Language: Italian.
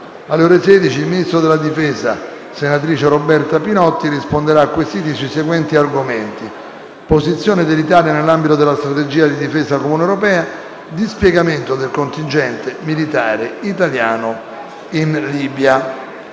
alle ore 16, il Ministro della difesa, senatrice Roberta Pinotti, risponderà a quesiti sui seguenti argomenti: posizione dell’Italia nell’ambito della strategia di difesa comune europea e dispiegamento del contingente militare italiano in Libia.